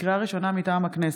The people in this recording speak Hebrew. לקריאה ראשונה, מטעם הכנסת: